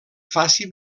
faci